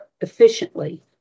efficiently